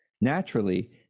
Naturally